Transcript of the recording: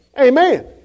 Amen